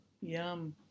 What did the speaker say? yum